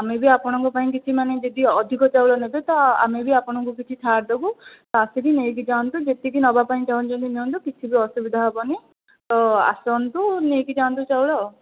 ଆମେ ବି ଆପଣଙ୍କ ପାଇଁ କିଛି ଯଦି କିଛି ଅଧିକ ଚାଉଳ ନେବେ ତ ଆମେ ବି ଆପଣଙ୍କୁ କିଛି ଛାଡ଼ ଦେବୁ ଆସିକି ଦେଖିକି ନେଇକି ଯାଆନ୍ତୁ ଯେତିକି ନେବା ପାଇଁ ଚାହୁଁଛନ୍ତି ନିଅନ୍ତୁ କିଛି ବି ଅସୁବିଧା ହେବନି ତ ଆସନ୍ତୁ ନେଇକି ଯାଆନ୍ତୁ ଚାଉଳ